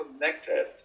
connected